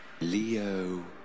Leo